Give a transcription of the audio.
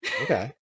Okay